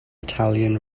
italian